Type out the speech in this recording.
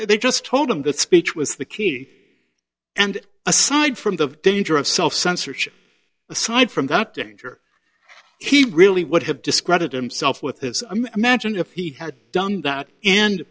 e they just told him that speech was the key and aside from the danger of self censorship aside from that danger he really would have discredited himself with his imagine if he had done that and